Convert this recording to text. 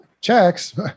Checks